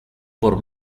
por